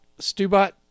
Stubot